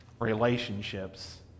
relationships